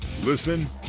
listen